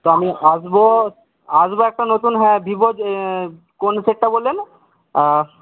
তো আমি আসবো আসবো একটা নতুন হ্যাঁ ভিভোর কোন সেটটা বললেন হ্যাঁ